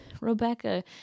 Rebecca